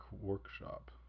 workshop